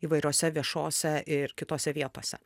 įvairiose viešose ir kitose vietose